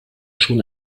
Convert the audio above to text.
schon